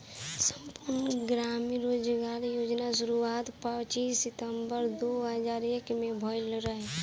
संपूर्ण ग्रामीण रोजगार योजना के शुरुआत पच्चीस सितंबर दो हज़ार एक में भइल रहे